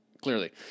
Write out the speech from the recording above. Clearly